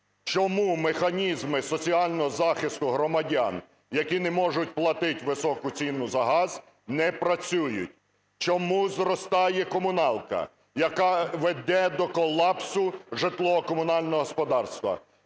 чому механізми соціального захисту громадян, які не можуть платити високу ціну за газ, не працюють? Чому зростає комуналка, яка веде до колапсу житлово-комунального господарства?